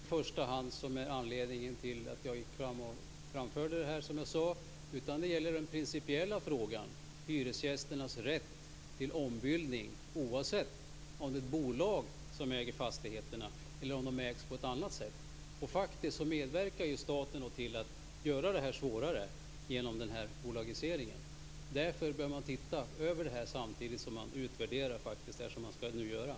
Herr talman! Det var inte i första hand anledningen till att jag sade vad jag sade. Nu gäller det den principiella frågan, dvs. hyresgästernas rätt till ombildning oavsett om det är ett bolag som äger fastigheterna eller om de ägs på ett annat sätt. Staten medverkar faktiskt till att göra det hela svårare med bolagiseringen. Därför bör man se över detta i samband med den utvärdering som skall göras.